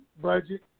budget